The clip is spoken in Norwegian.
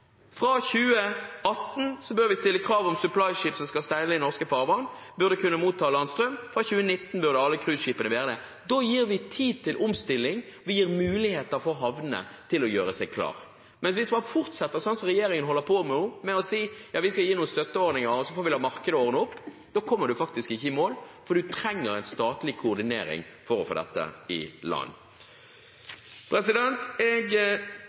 Fra 2018 bør vi stille krav om at supplyskip som skal seile i norske farvann, burde kunne motta landstrøm. Fra 2019 burde alle cruiseskipene kunne det. Da gir vi tid til omstilling, vi gir muligheter for havnene til å gjøre seg klare. Men hvis man fortsetter sånn som regjeringen holder på med nå, med å si ja, vi skal gi noen støtteordninger og så får vi la markedet ordne opp, da kommer man faktisk ikke i mål, for man trenger statlig koordinering for å få dette i